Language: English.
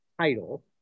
title